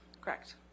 Correct